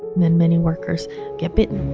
and many workers get bitten